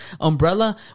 umbrella